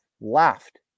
laughed